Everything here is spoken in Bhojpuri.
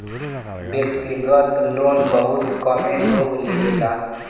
व्यक्तिगत लोन बहुत कमे लोग लेवेला